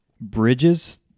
bridges